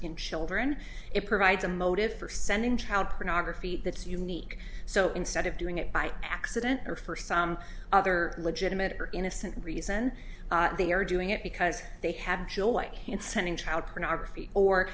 in children it provides a motive for sending child pornography that is unique so instead of doing it by accident or for some other legitimate or innocent reason they are doing it because they have joy in sending child pornography or